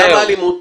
למה האלימות?